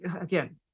again